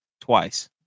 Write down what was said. twice